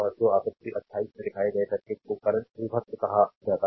तो आकृति 28 में दिखाए गए सर्किट को करंट विभक्त कहा जाता है